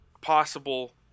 possible